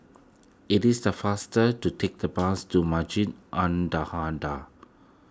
it is the faster to take the bus to Masjid An